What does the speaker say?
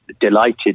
delighted